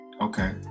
okay